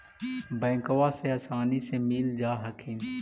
बैंकबा से आसानी मे मिल जा हखिन?